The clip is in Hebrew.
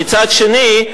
ומצד שני,